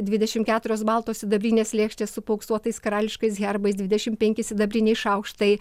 dvidešim keturios baltos sidabrinės lėkštės su paauksuotais karališkais herbai dvidešim penki sidabriniai šaukštai